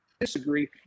disagree